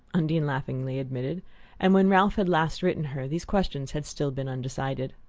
undine laughingly admitted and when ralph had last written her these questions had still been undecided.